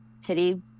titty